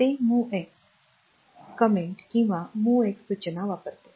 ते MOVX टिप्पणी किंवा MOVX सूचना वापरते